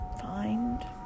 find